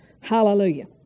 Hallelujah